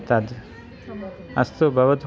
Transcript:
तत् अस्तु भवतु